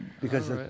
Because-